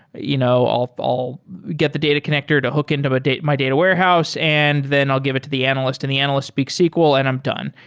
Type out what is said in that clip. you know i'll i'll get the data connector to hook into my data warehouse and then i'll give it to the analyst, and the analyst speaks sql, and i'm done.